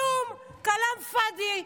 כלום, כלאם פאדי.